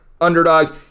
underdog